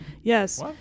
Yes